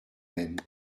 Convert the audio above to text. même